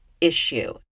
issue